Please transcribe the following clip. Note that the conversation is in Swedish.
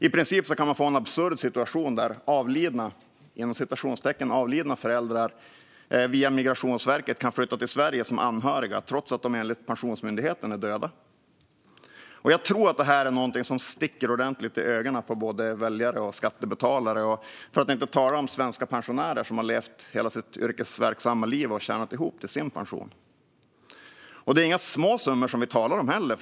I princip kan man få en absurd situation där "avlidna" föräldrar via Migrationsverket kan flytta till Sverige som anhöriga, trots att de enligt Pensionsmyndigheten är döda. Jag tror att detta är någonting som sticker ordentligt i ögonen på väljare och skattebetalare, för att inte tala om svenska pensionärer som under hela sitt yrkesverksamma liv har tjänat ihop till sin pension. Det är inga små summor vi talar om heller.